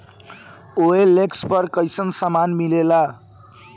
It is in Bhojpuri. ओ.एल.एक्स पर कइसन सामान मीलेला?